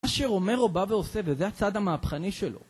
מה שאומר או בא ועושה וזה הצעד המהפכני שלו